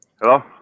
hello